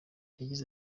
yagize